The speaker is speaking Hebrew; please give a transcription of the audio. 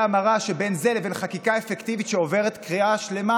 המרה שבין זה לבין חקיקה אפקטיבית שעוברת קריאה שלמה,